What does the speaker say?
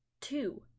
two